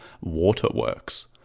Waterworks